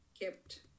kept